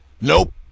Nope